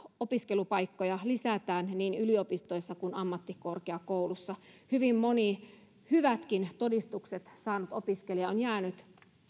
opiskelupaikkoja lisätään niin yliopistoissa kuin ammattikorkeakouluissa hyvin moni hyvätkin todistukset saanut opiskelija on jäänyt